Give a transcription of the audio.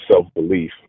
self-belief